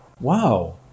Wow